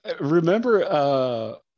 Remember